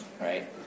Right